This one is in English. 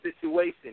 situation